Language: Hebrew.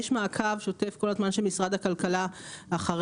יש מעקב שוטף כל הזמן של משרד הכלכלה אחרי,